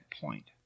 point